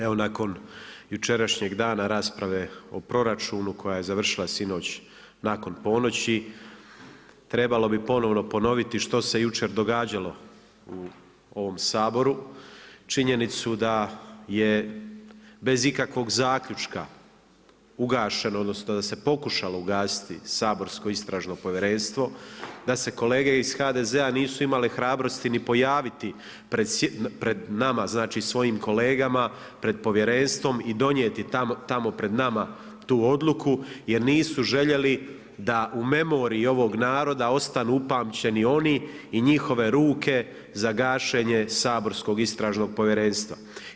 Evo nakon jučerašnjeg dana rasprave o proračunu koja je završila sinoć nakon ponoći, trebalo bi ponovno ponoviti što se jučer događalo u ovom Saboru, činjenicu da je bez ikakvog zaključka ugašen odnosno da se pokušalo ugasiti saborsko Istražno povjerenstvo, da se kolege iz HDZ-a nisu imale hrabrosti ni pojaviti pred nama, znači svojim kolegama, pred povjerenstvom i donijeti tamo pred nama tu odluku jer nisu željeli da u memoriji ovog naroda ostaju upamćeni oni i njihove ruke za gašenje saborskog Istražnog povjerenstva.